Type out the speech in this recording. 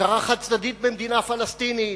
הכרה חד-צדדית במדינה פלסטינית,